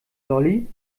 lolli